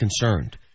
concerned